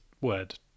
word